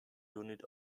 unit